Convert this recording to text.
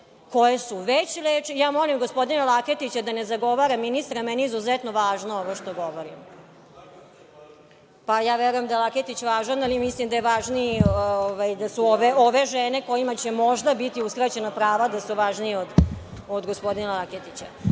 koje su već lečile…Ja molim gospodina Laketića da ne zagovara ministra. Meni je izuzetno važno ovo što govorim. Ja verujem da je Laketić važan, ali mislim da su ove žene kojima će možda biti uskraćena prava, da su važnije od gospodina Laketića. Tako